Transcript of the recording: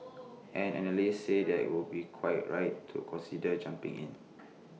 and analysts say they would be quite right to consider jumping in